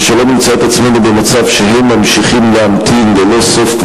ושלא נמצא את עצמנו במצב שהם ממשיכים להמתין ללא סוף,